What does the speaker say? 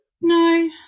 No